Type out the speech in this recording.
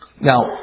Now